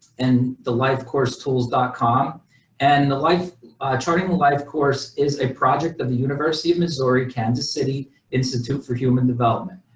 and the life course tools. com and the life charting live course is a project of the university of missouri, kansas city institute for human development.